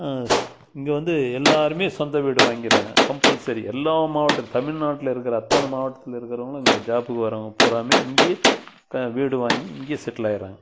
இங்கே வந்த எல்லாருமே சொந்த வீடு வாங்கிடறாங்க கம்பல்செரி எல்லா மாவட்டம் தமிழ்நாட்டில் இருக்கிற அத்தனை மாவட்டத்தில் இருக்கிறவங்களும் இங்கே ஜாப்பு வர்றவங்க பூராவுமே இங்கேயே வீடு வாங்கி இங்கே செட்டில் ஆகறாங்க